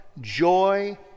joy